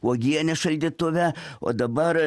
uogienė šaldytuve o dabar